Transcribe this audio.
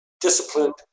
disciplined